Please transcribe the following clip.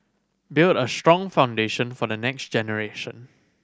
build a strong foundation for the next generation